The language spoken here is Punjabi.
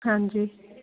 ਹਾਂਜੀ